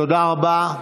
תודה רבה.